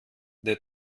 der